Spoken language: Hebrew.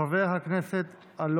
חבר הכנסת מופיד מרעי,